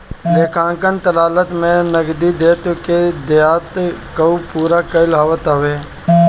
लेखांकन तरलता में नगदी दायित्व के देयता कअ पूरा कईल आवत हवे